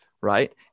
Right